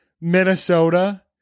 Minnesota